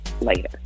later